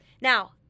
Now